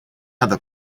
other